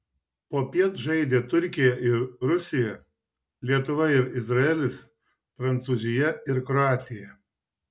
popiet žaidė turkija ir rusija lietuva ir izraelis prancūzija ir kroatija